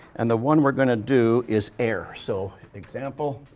and the one we're going to do is air. so, example